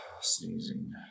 sneezing